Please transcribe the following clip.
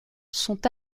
sont